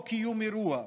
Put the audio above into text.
או קיום אירוע,